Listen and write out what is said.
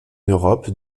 europe